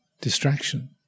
distraction